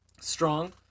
strong